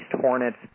hornets